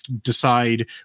decide